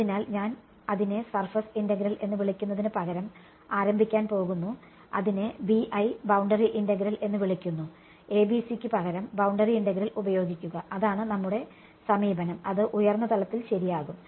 അതിനാൽ ഞാൻ അതിനെ സർഫസ് ഇന്റഗ്രൽ എന്ന് വിളിക്കുന്നതിനുപകരം ആരംഭിക്കാൻ പോകുന്നു അതിനെ BI ബൌണ്ടറി ഇന്റഗ്രൽ എന്ന് വിളിക്കുന്നു ABC ക്ക് പകരം ബൌണ്ടറി ഇന്റഗ്രൽ ഉപയോഗിക്കുക അതാണ് നമ്മുടെ സമീപനം അത് ഉയർന്ന തലത്തിൽ ശരിയാകും